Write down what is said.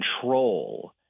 control –